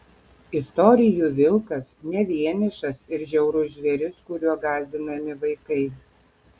istorijų vilkas ne vienišas ir žiaurus žvėris kuriuo gąsdinami vaikai